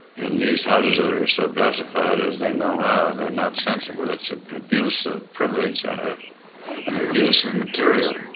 and these houses that are so classified as they now are, they're not sensible. it's ah an abuse of privilege and ah an abuse of material.